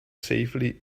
safely